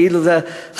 כאילו זה חליצה,